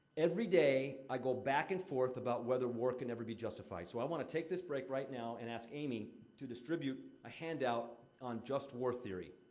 every day, i go back and forth about whether war can ever be justified. so, i wanna take this break right now and ask amy to distribute a handout on just war theory.